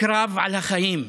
קרב על החיים,